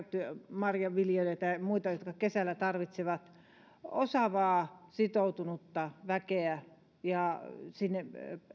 marjanviljelijöitä ja muita jotka kesällä tarvitsevat osaavaa sitoutunutta väkeä sinne